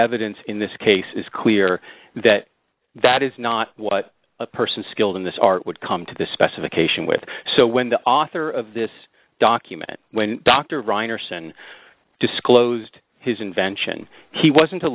evidence in this case is clear that that is not what a person skilled in this art would come to the specification with so when the author of this document when dr reiner soon disclosed his invention he wasn't a